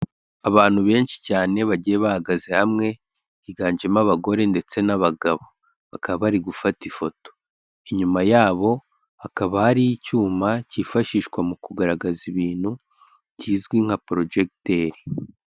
Abantu benshi cyane bagiye bahagaze hamwe, higanjemo abagore, ndetse n'abagabo bakaba bari gufata ifoto inyuma yabo hakaba hari icyuma cyifashishwa mu kugaragaza ibintu kizwi nka projegiteri.